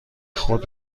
خود